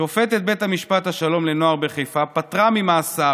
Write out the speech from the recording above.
שופטת בית המשפט השלום לנוער בחיפה פטרה ממאסר